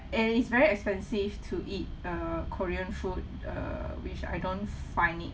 and is very expensive to eat uh korean food err which I don't find it